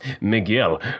Miguel